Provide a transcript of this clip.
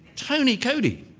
tony coady,